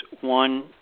one